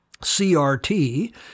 CRT